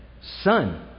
son